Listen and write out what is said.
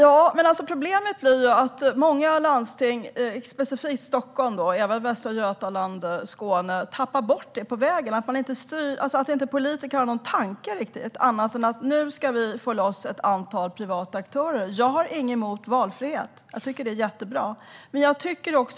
Herr talman! Problemet blir att många landsting, specifikt Stockholm, även Västra Götaland och Skåne, tappar bort dessa frågor på vägen. Politikerna tänker inte annat än att de ska få loss ett antal privata aktörer. Jag har inget emot valfrihet. Det är mycket bra.